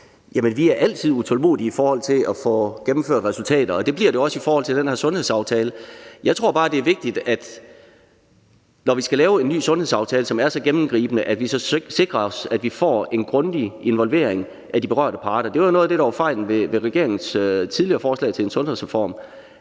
vi er altid utålmodige efter at få gennemført ting og få resultater, og det kommer også til at ske i forhold til den her sundhedsaftale. Jeg tror bare, det er vigtigt, når vi skal lave en ny sundhedsaftale, som er så gennemgribende, at vi sikrer os, at vi får en grundig involvering af de berørte parter. Det var noget af det, der var fejlen ved den tidligere regerings forslag til en sundhedsreform: